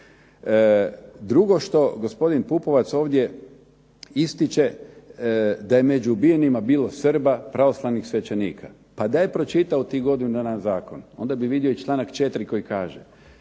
Drugo što gospodine Pupovac ovdje istiće da je među ubijenima bilo Srba, pravoslavnih svećenika, pa da je pročitao u tih godinu dana Zakon onda bi vidio i članak 4. koji kaže